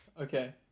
Okay